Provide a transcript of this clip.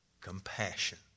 compassion